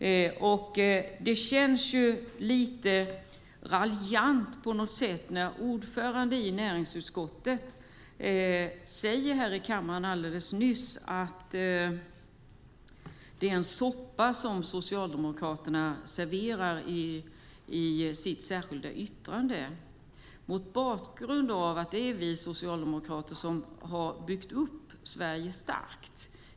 Det låter lite raljant när ordföranden i näringsutskottet säger att det som Socialdemokraterna serverar i sitt särskilda yttrande är en soppa. Det är vi socialdemokrater som har byggt Sverige starkt.